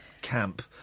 camp